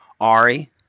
Ari